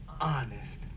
Honest